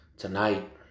Tonight